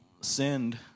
sinned